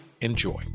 enjoy